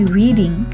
reading